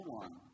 one